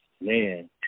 man